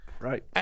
Right